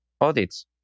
Audits